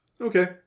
Okay